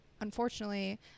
unfortunately